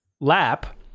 lap